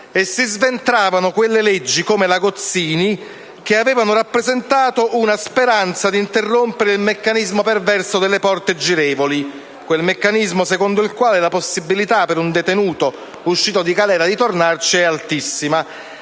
e si sventravano leggi, come la Gozzini, che avevano rappresentato una speranza di interrompere il perverso meccanismo delle porte girevoli, secondo il quale la possibilità per un detenuto uscito di galera di tornarci è altissima.